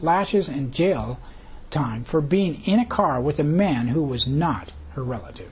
years in jail time for being in a car with a man who was not her relative